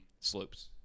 Slopes